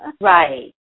Right